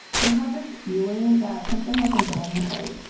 they had this feeling that something wasn't going right.